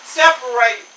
separate